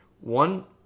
one